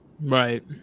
Right